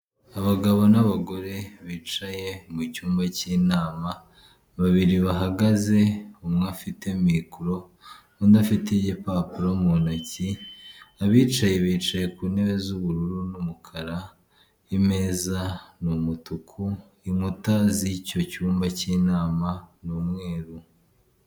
Abagabo n'abagore bicaye mu cyumba cy'inama, babiri bahagaze umwe afite mikoro, undi afite igipapuro mu ntoki, abicaye bicaye ku ntebe z'ubururu n'umukara, imeza ni umutuku, inkuta z'icyo cyumba cy'inama ni umweru.